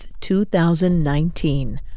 2019